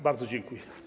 Bardzo dziękuję.